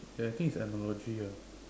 and I think it's analogy ah